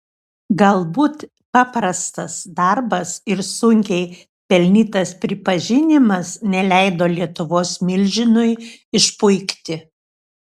galbūt paprastas darbas ir sunkiai pelnytas pripažinimas neleido lietuvos milžinui išpuikti